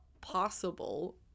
possible